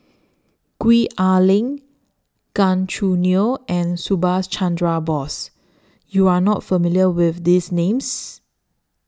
Gwee Ah Leng Gan Choo Neo and Subhas Chandra Bose YOU Are not familiar with These Names